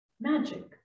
magic